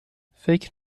فکر